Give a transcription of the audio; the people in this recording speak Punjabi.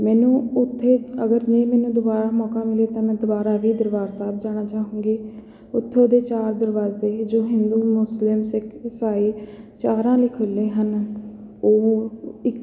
ਮੈਨੂੰ ਉੱਥੇ ਅਗਰ ਜੇ ਮੈਨੂੰ ਦੁਬਾਰਾ ਮੌਕਾ ਮਿਲੇ ਤਾਂ ਮੈਂ ਦੁਬਾਰਾ ਵੀ ਦਰਬਾਰ ਸਾਹਿਬ ਜਾਣਾ ਚਾਹੁੰਗੀ ਉੱਥੋਂ ਦੇ ਚਾਰ ਦਰਵਾਜ਼ੇ ਜੋ ਹਿੰਦੂ ਮੁਸਲਿਮ ਸਿੱਖ ਈਸਾਈ ਚਾਰਾਂ ਲਈ ਖੁੱਲ੍ਹੇ ਹਨ ਉਹ ਇੱਕ